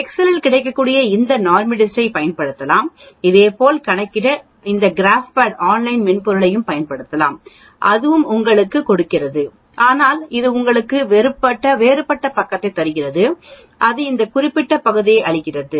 Excel இல் கிடைக்கக்கூடிய இந்த NORMSDIST ஐப் பயன்படுத்தலாம் இதேபோல் கணக்கிட இந்த கிராப் பேட் ஆன்லைன் மென்பொருளைப் பயன்படுத்தலாம் அதுவும் உங்களுக்குக் கொடுக்கிறது ஆனால் இது உங்களுக்கு வேறுபட்ட பக்கத்தைத் தருகிறது இது இந்த குறிக்கப்பட்ட பகுதியை அளிக்கிறது